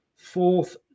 fourth